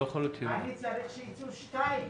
אני צריך שייצאו שתיים,